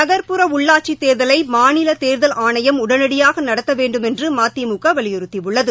நகா்புற உள்ளாட்சித் தேர்தலை மாநில தேர்தல் ஆணையம் உடனடியாக நடத்த வேண்டுமென்று மதிமுக வலியுறுத்தியுள்ளது